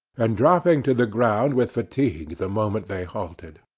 and dropping to the ground with fatigue the moment they halted.